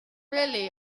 really